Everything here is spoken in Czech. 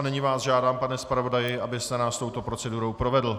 Nyní vás žádám, pane zpravodaji, abyste nás touto procedurou provedl.